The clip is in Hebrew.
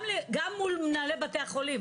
גם מול מנהלי בתי החולים,